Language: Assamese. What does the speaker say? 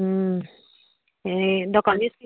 এই